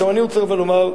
אני רוצה לומר,